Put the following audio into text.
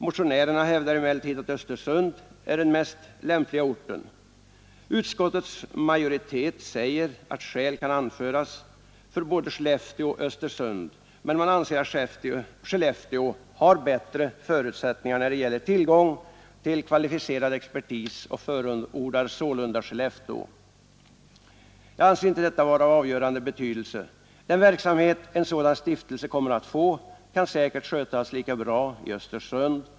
Motionärerna hävdar emellertid att Östersund är den mest lämpliga orten. Utskottets majoritet säger att skäl kan anföras för både Skellefteå och Östersund men man anser att Skellefteå har bättre förutsättningar när det gäller tillgång till kvalificerad expertis och förordar sålunda Skellefteå. Jag anser inte detta vara av avgörande betydelse. Den verksamhet en sådan stiftelse kommer att få kan säkert skötas lika bra i Östersund.